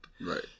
right